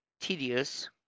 tedious